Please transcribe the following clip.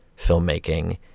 filmmaking